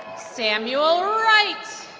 samuel wright